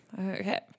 okay